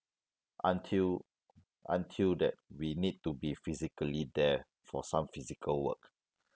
until until that we need to be physically there for some physical work